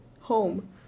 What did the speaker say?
home